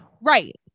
Right